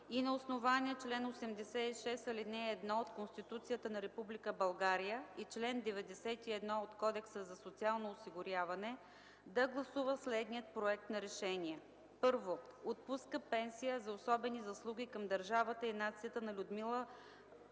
и на основание чл. 86, ал. 1 от Конституцията на Република България и чл. 91 от Кодекса за социално осигуряване да гласува следния проект на решение: 1. Отпуска пенсия за особени заслуги към държавата и нацията на Людмила Владимирова